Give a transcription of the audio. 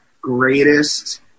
greatest